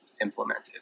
implemented